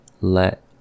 let